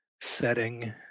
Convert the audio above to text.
setting